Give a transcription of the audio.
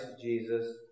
Jesus